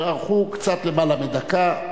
אשר ארכו קצת למעלה מדקה.